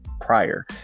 prior